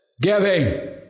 giving